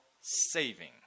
saving